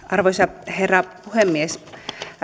arvoisa herra puhemies